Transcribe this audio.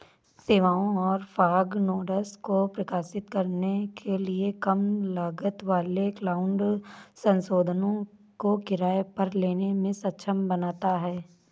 सेवाओं और fog nodes को प्रकाशित करने के लिए कम लागत वाले क्लाउड संसाधनों को किराए पर लेने में सक्षम बनाता है